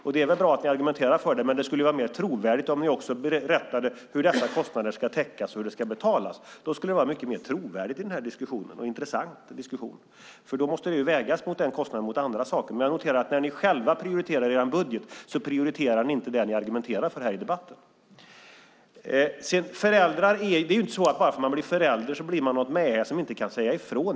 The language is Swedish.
Det är väl bra att ni argumenterar för det, men det skulle vara mer trovärdigt om ni också berättade hur kostnaderna för det ska täckas, hur det ska betalas. Då skulle det bli en mycket trovärdigare och en intressant diskussion, för då måste kostnaden vägas mot kostnaden för annat. Jag noterar alltså att ni när ni själva prioriterar i er budget inte prioriterar det som ni argumenterar för här i debatten. Det är inte så att man bara för att man blir förälder blir ett mähä som inte kan säga ifrån.